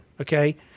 okay